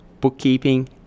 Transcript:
bookkeeping